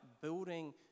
building